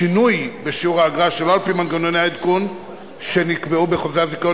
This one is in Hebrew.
שינוי בשיעור האגרה שלא על-פי מנגנוני העדכון שנקבע בחוזה הזיכיון,